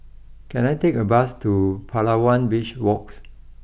can I take a bus to Palawan Beach walks